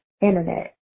Internet